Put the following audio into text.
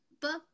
book